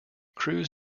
crews